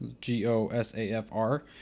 g-o-s-a-f-r